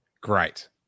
Great